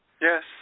Yes